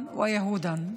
ערבים ויהודים,